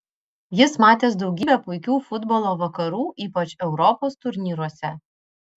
jis matęs daugybę puikių futbolo vakarų ypač europos turnyruose